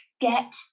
get